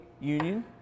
Union